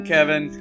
Kevin